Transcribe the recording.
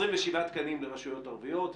27 תקנים לרשויות ערביות,